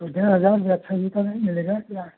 तो डेढ़ हजार में अच्छा जूता नहीं मिलेगा क्या